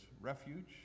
refuge